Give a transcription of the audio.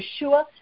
Yeshua